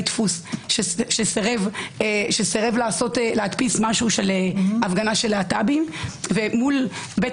הדפוס שסירב להדפיס משהו של הפגנה של להט"בים מול בית